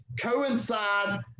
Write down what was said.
coincide